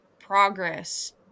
progress